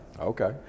Okay